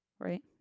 right